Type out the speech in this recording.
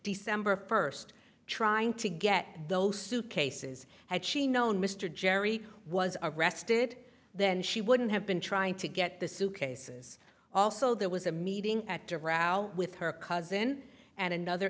december first trying to get those suitcases had she known mr jerry was arrested then she wouldn't have been trying to get the suitcases also there was a meeting at de route with her cousin and another